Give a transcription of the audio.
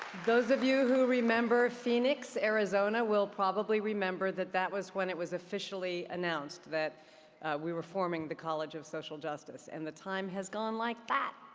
those of you who remember phoenix, arizona, will probably remember that that was when it was officially announced that we were forming the college of social justice justice. and the time has gone like that.